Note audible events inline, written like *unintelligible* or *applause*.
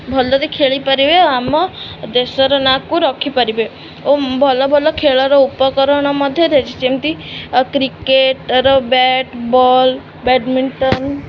ଭଲରେ ଖେଳିପାରିବେ ଆମ ଦେଶର ନାଁକୁ ରଖିପାରିବେ ଓ ଭଲ ଭଲ ଖେଳର ଉପକରଣ ମଧ୍ୟ *unintelligible* ଯେମିତି କ୍ରିକେଟର ବ୍ୟାଟ ବଲ୍ ବ୍ୟାଡମିଣ୍ଟନ